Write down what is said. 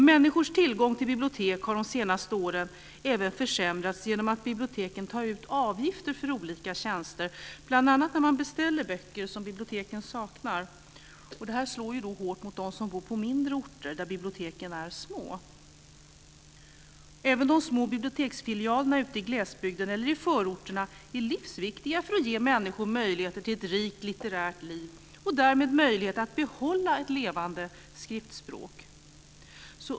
Människors tillgång till bibliotek har de senaste åren försämrats även genom att biblioteken tar ut avgifter för olika tjänster, bl.a. när man beställer böcker som biblioteken saknar. Detta slår hårt mot dem som bor på mindre orter, där biblioteken är små. Även de små biblioteksfilialerna i glesbygden eller i förorterna är livsviktiga för att ge människor möjligheter till ett rikt litterärt liv och därmed möjlighet att behålla ett levande skriftspråk.